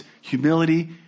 humility